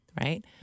right